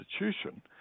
institution